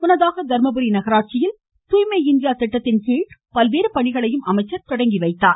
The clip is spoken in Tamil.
முன்னதாக தர்மபுரி நகராட்சியில் தூய்மை இந்தியா திட்டத்தின்கீழ் பல்வேறு பணிகளையும் அமைச்சர் தொடங்கி வைத்தார்